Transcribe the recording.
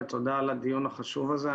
ותודה על הדיון החשוב הזה.